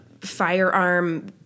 firearm